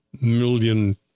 million